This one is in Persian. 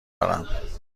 دارم